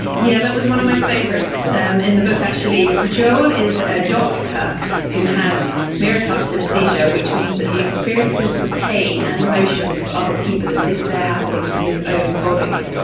yeah, that was one of my favourites um in the book, actually. joel is a doctor who has mirror touch synaesthesia, which means that he experiences the pain and emotions of other people as if they're happening to his own body.